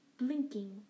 blinking